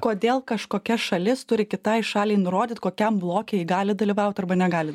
kodėl kažkokia šalis turi kitai šaliai nurodyt kokiam bloke ji gali dalyvaut arba negali